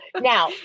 now